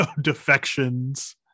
defections